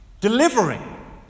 delivering